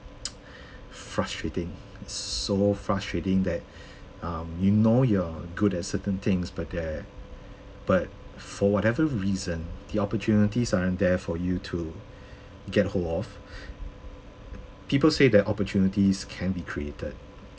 frustrating it's so frustrating that um you know you're good at certain things but there but for whatever reason the opportunities aren't there for you to get hold of people say that opportunities can be created